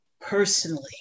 personally